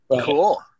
Cool